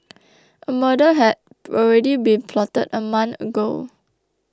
a murder had already been plotted a month ago